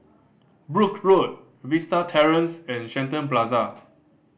Brooke Road Vista Terrace and Shenton Plaza